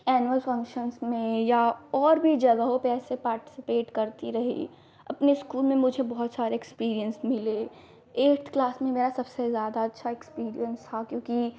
annual functions में या और भी जगहों पर ऐसे पार्टिसिपेट करती रही अपने स्कूल में मुझे बहुत सारे एक्सपीरिएन्स मिले एट्थ क्लास में मेरा सबसे ज़्यादा अच्छा एक्सपीरिएन्स था क्योंकि